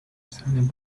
standing